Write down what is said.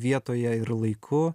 vietoje ir laiku